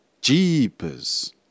Jeepers